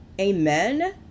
Amen